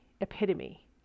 epitome